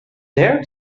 there